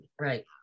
right